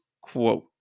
quote